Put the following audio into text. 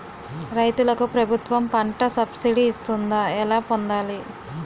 రైతులకు ప్రభుత్వం పంట సబ్సిడీ ఇస్తుందా? ఎలా పొందాలి?